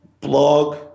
blog